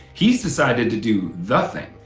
he's decided to do nothing.